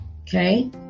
Okay